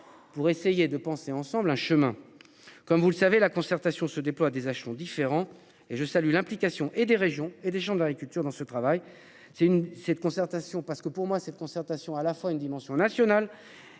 pour essayer de penser ensemble un chemin comme vous le savez, la concertation se déploie des haches sont différents et je salue l'implication et des régions et des gens de l'agriculture dans ce travail, c'est une, cette concertation parce que pour moi cette concertation à la fois une dimension nationale